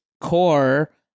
core